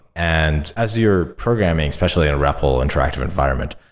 and as you're programming, especially a repl interactive environment,